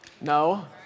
No